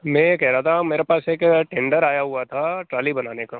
मैं ये कह रहा था मेरे पास एक टेंडर आया हुआ था ट्राली बनाने का